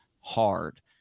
hard